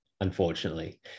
unfortunately